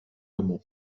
amo